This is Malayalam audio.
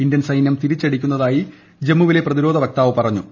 ഇന്ത്യൻ സൈന്യം തിരിച്ചടിക്കുന്നതായി ജമ്മുവിലെ പ്രതിരോധ വക്താവ് പറഞ്ഞു